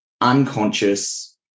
unconscious